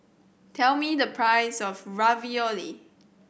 tell me the price of Ravioli